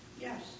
Yes